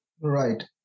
Right